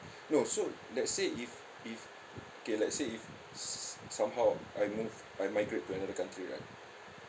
no so let's say if if okay let's say if s~ somehow I move I migrate to another country right